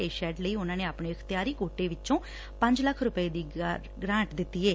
ਇਸ ਸ਼ੈੱਡ ਲਈ ਉਨਾਂ ਆਪਣੇ ਅਖਤਿਆਰੀ ਕੋਟੇ ਵਿੱਚੋਂ ਪੰਜ ਲੱਖ ਰੁਪਏ ਦੀ ਗਰਾਂਟ ਦਿੱਤੀ ਏ